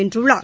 வென்றுள்ளார்